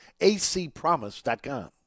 acpromise.com